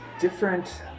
different